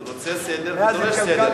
רוצה סדר ודורש סדר.